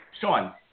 Sean